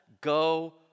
go